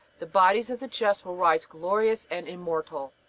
the bodies of the just will rise glorious and immortal.